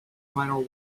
minor